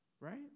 right